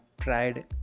tried